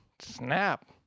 snap